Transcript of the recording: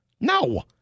No